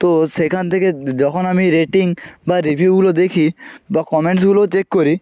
তো সেখান থেকে যখন আমি রেটিং বা রিভিউগুলো দেখি বা কমেন্টসগুলো চেক করি